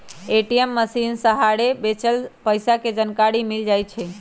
ATM मशीनके सहारे सेहो बच्चल पइसा के जानकारी मिल जाइ छइ